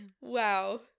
wow